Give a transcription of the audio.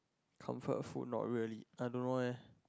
comfort food not really I don't know eh